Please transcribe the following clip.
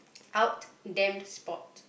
out damned spot